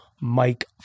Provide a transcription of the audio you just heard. Mike